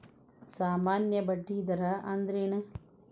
ಸಾಮಾನ್ಯ ಬಡ್ಡಿ ದರ ಅಂದ್ರೇನ?